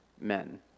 men